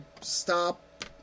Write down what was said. stop